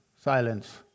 silence